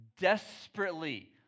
desperately